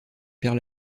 père